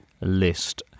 list